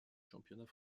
championnat